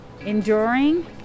enduring